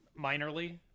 Minorly